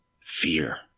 fear